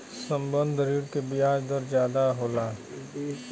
संबंद्ध ऋण के बियाज दर जादा होला